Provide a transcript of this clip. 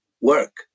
work